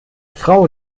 frau